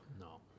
no